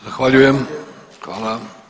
Zahvaljujem, hvala.